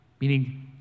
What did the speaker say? Meaning